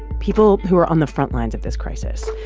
people who are on the front lines of this crisis.